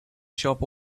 shop